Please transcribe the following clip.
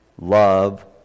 love